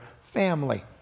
family